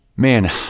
Man